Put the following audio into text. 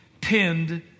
pinned